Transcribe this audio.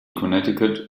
connecticut